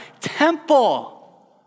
temple